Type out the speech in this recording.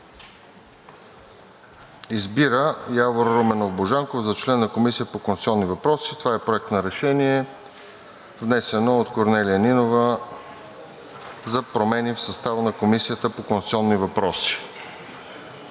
Избира Явор Руменов Божанков за член на Комисията по конституционни въпроси. Това е Проект на решение, внесен от Корнелия Нинова, за промени в състава на Комисията по конституционни въпроси.